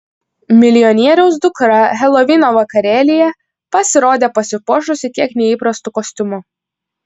milijonieriaus dukra helovino vakarėlyje pasirodė pasipuošusi kiek neįprastu kostiumu